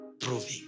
proving